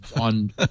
on